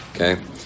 Okay